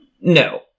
No